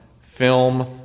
film